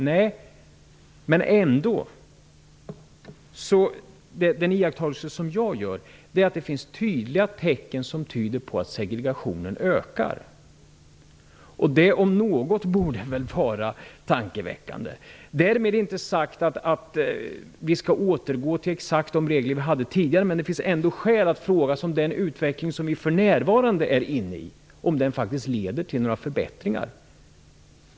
Nej, men den iakktagelse som jag gör är att det finns tydliga tecken på att segregationen ökar. Det om något borde vara tankeväckande. Därmed inte sagt att vi skall återinföra exakt de regler som vi hade tidigare, men det finns ändå skäl att fråga sig om den utveckling som vi för närvarande är inne i faktiskt leder till några förbättringar.